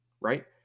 Right